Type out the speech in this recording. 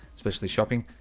especially shopping